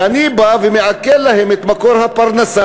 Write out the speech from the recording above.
ואני בא ומעקל להם את מקור הפרנסה,